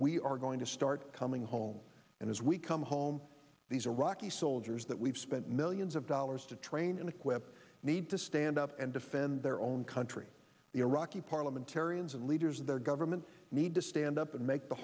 we are going to start coming home and as we come home these are iraqi soldiers that we've spent millions of dollars to train and equip need to stand up and defend their own country the iraqi parliamentarians and leaders in their government need to stand up and make the